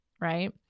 Right